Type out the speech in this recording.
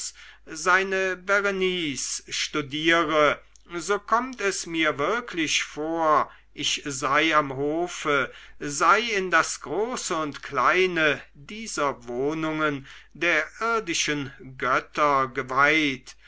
seine berenice studiere so kommt es mir wirklich vor ich sei am hofe sei in das große und kleine dieser wohnungen der irdischen götter geweiht